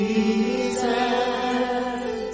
Jesus